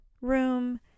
room